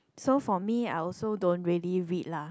so for me I also don't really read lah